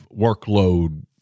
workload